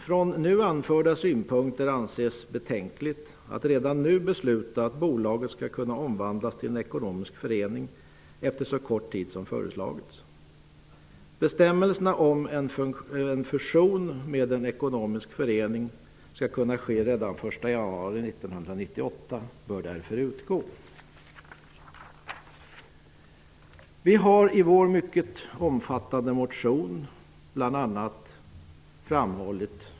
Från nu anförda synpunkter måste det anses betänkligt att redan nu besluta att bolaget skall kunna omvandlas till en ekonomisk förening efter så kort tid som har föreslagits. Bestämmelsen om att en fusion med en ekonomisk förening skall kunna ske redan den 1 januari 1998 bör därför utgå. Vår mycket omfattande motion innebär i korthet följande.